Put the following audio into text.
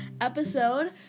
episode